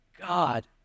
God